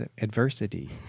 adversity